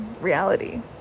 reality